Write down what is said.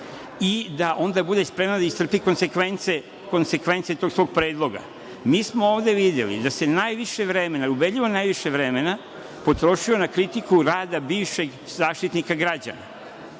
i da onda bude spremna da istrpi konsekvence tog svog predloga. Mi smo ovde videli da se ubedljivo najviše vremena potrošilo na kritiku rada bivšeg Zaštitnika građana,